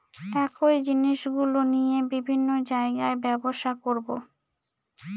একই জিনিসগুলো নিয়ে বিভিন্ন জায়গায় ব্যবসা করবো